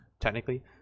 technically